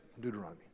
Deuteronomy